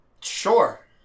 Sure